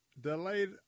delayed